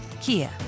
Kia